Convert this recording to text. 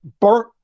burnt